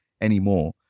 anymore